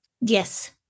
Yes